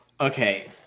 Okay